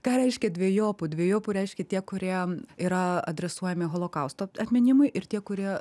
ką reiškia dvejopų dvejopų reiškia tie kurie yra adresuojami holokausto atminimui ir tie kurie